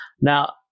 Now